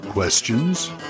Questions